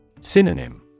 Synonym